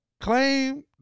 Claim